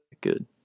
good